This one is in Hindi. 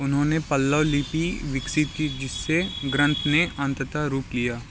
उन्होंने पल्लव लिपि विकसित की जिससे ग्रंथ ने अंततः रूप लिया